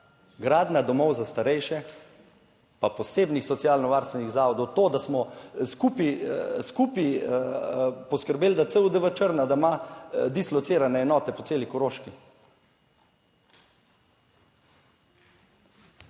gradnja domov za starejše, pa posebnih socialno varstvenih zavodov. To, da smo skupaj poskrbeli, da CUDV Črna, da ima dislocirane enote po celi Koroški.